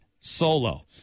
solo